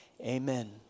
Amen